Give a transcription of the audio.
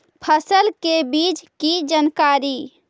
फसल के बीज की जानकारी?